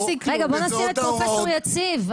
אמונתו ואלה ההוראות -- בואו נשים את פרופ' יציב.